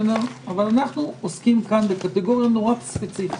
אבל אנחנו עוסקים כאן בקטגוריה מאוד ספציפית.